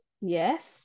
Yes